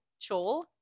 Chol